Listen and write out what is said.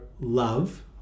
love